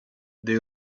they